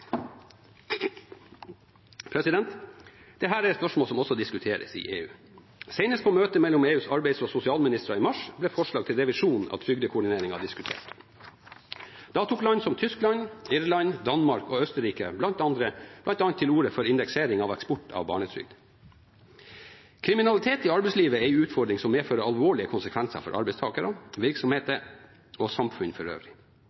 er spørsmål som også diskuteres i EU. Senest på møtet mellom EUs arbeids- og sosialministre i mars ble forslag til revisjon av trygdekoordinering diskutert. Da tok land som Tyskland, Irland, Danmark og Østerrike bl.a. til orde for indeksering av eksport av barnetrygd. Kriminalitet i arbeidslivet er en utfordring som medfører alvorlige konsekvenser for arbeidstakere, virksomheter og samfunnet for øvrig.